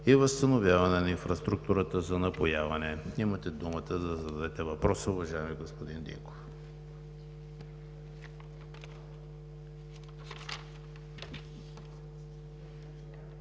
и възстановяване на инфраструктурата за напояване. Имате думата да зададете въпроса, уважаеми господин Динков.